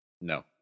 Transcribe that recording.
no